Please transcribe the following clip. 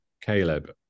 Caleb